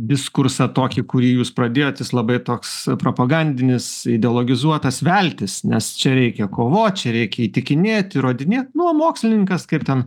diskursą tokį kurį jūs pradėjot jis labai toks propagandinis ideologizuotas veltis nes čia reikia kovot reikia įtikinėt įrodinėt nu o mokslininkas kaip ten